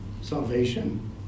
salvation